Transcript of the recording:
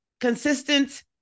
consistent